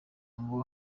ngo